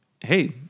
hey